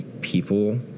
people